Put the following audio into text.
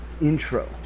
intro